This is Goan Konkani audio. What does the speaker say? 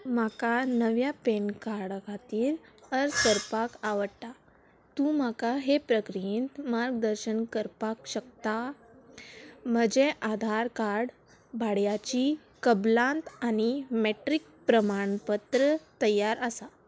म्हाका नव्या पॅनकार्डा खातीर अर्ज करपाक आवडटा तूं म्हाका हे प्रक्रियेंत मार्गदर्शन करपाक शकता म्हजें आधार कार्ड भाड्याची कबलात आनी मॅट्रीक प्रमाणपत्र तयार आसा